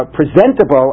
presentable